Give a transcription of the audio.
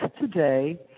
today